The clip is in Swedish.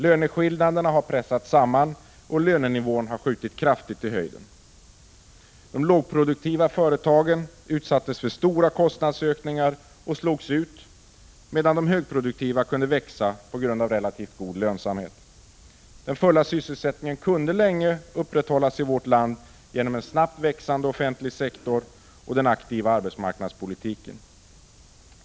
Löneskillnaderna har pressats samman, och lönenivån har skjutit kraftigt i höjden. De lågproduktiva företagen utsattes för stora kostnadsökningar och slogs ut, medan de högproduktiva kunde växa på grund av relativt god lönsamhet. Den fulla sysselsättningen kunde länge upprätthållas i vårt land genom en snabbt växande offentlig sektor och den aktiva arbetsmarknadspolitiken.